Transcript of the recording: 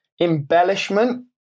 embellishment